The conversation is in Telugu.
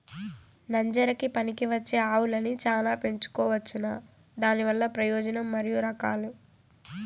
నంజరకి పనికివచ్చే ఆవులని చానా పెంచుకోవచ్చునా? దానివల్ల ప్రయోజనం మరియు రకాలు?